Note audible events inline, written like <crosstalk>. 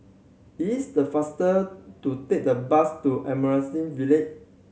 it's the faster to take the bus to <unintelligible> Ville